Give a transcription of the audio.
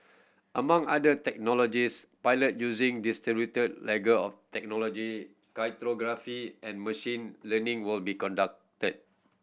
among other technologies pilot using distributed ledger of technology cryptography and machine learning will be conducted